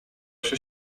się